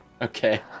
Okay